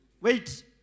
Wait